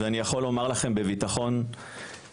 ואני יכול לומר לכם בביטחון רב,